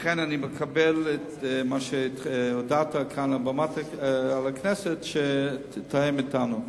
לכן אני מקבל את מה שהודעת לכנסת, שתתאם אתנו.